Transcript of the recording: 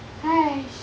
!hais!